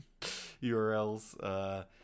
URLs